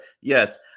yes